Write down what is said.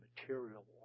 material